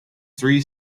three